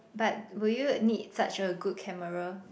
but will you need such a good camera